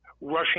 rushing